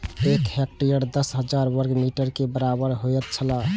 एक हेक्टेयर दस हजार वर्ग मीटर के बराबर होयत छला